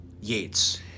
Yates